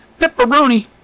pepperoni